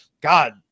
god